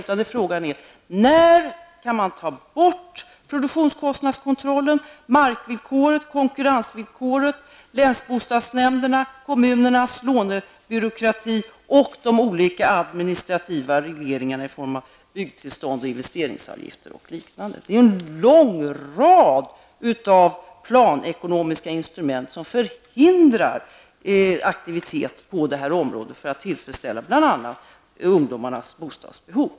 Min fråga är: När kan man ta bort produktionskostnadskontrollen, markvillkoret, konkurrensvillkoret, länsbostadsnämnderna, kommunernas lånebyråkrati och de olika administrativa regleringarna i form av byggtillstånd, investeringsavgifter och liknande? Det rör sig om en lång rad planekonomiska instrument, som förhindrar aktivitet på det här området för att bl.a. tillfredsställa ungdomarnas bostadsbehov.